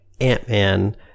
Ant-Man